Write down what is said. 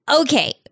Okay